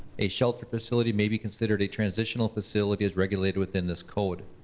a shelter facility may be considered a transitional facility as regulated within this code.